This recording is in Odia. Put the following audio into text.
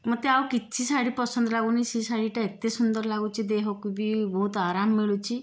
ମୋତେ ଆଉ କିଛି ଶାଢ଼ୀ ପସନ୍ଦ ଲାଗୁନି ସେ ଶାଢ଼ୀଟା ଏତେ ସୁନ୍ଦର ଲାଗୁଛି ଦେହକୁ ବି ବହୁତ ଆରାମ ମିଳୁଛି